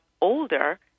older